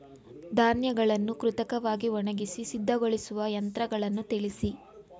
ಧಾನ್ಯಗಳನ್ನು ಕೃತಕವಾಗಿ ಒಣಗಿಸಿ ಸಿದ್ದಗೊಳಿಸುವ ಯಂತ್ರಗಳನ್ನು ತಿಳಿಸಿ?